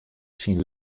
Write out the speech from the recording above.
syn